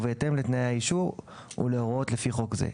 ובהתאם לתנאי האישור ולהוראות לפי חוק זה.